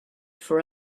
for